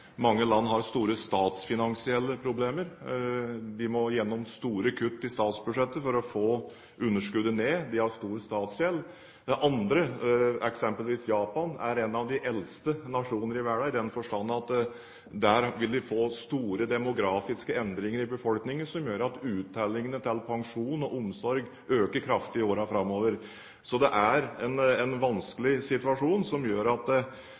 mange land har store statsfinansielle problemer, de må gjennom store kutt i statsbudsjettet for å få underskuddet ned, de har stor statsgjeld. Det andre forholdet er eksempelvis Japan, en av de eldste nasjoner i verden i den forstand at de der vil få store demografiske endringer i befolkningen som gjør at uttellingene til pensjon og omsorg øker kraftig i årene framover. Så det er en vanskelig situasjon, som gjør at